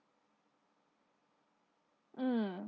mm